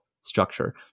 structure